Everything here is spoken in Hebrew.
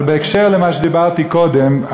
אבל בקשר למה שדיברתי קודם,